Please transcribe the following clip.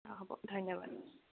অ' হ'ব ধন্যবাদ